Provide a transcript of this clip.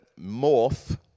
morph